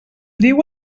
diu